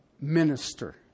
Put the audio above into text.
minister